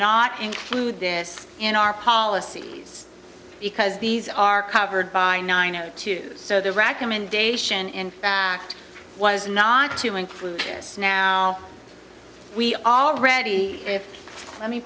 not include this in our policies because these are covered by nine or two's so the recommendation in act was not to include this now we already have let me